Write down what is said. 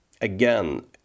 again